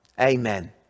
Amen